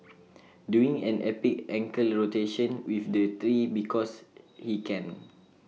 doing an epic ankle rotation with the tree because he can